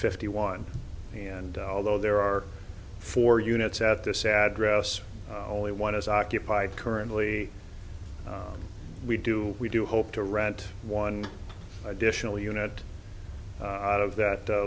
fifty one and although there are four units at this address only one is occupied currently we do we do hope to rent one additional unit out of that